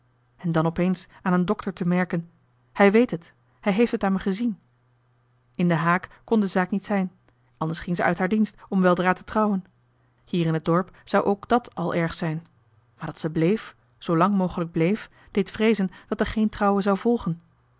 en dan opeens aan den dokter te merken hij weet het hij heeft het toch aan me gezien in den haak kon de zaak niet zijn anders verdween ze om weldra te trouwen hier in het dorp zou ook dat al erg zijn maar dat ze bleef zoolang mogelijk bleef deed vreezen dat er geen trouwen zou volgen